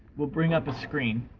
will bring up a screen